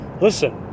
listen